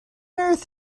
earth